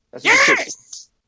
Yes